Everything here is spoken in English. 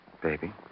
Baby